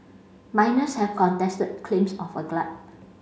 miners have contested claims of a glut